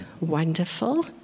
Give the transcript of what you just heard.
Wonderful